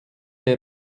der